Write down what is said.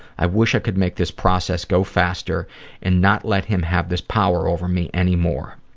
i wish i could make this process go faster and not let him have this power over me anymore.